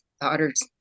daughters